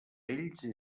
ells